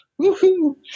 woohoo